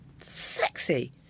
sexy